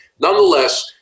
Nonetheless